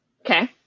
okay